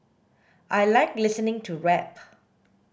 I like listening to rap